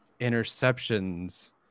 interceptions